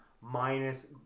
minus